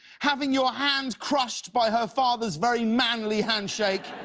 having your hand crushed by her father's very manly handshake.